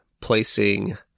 placing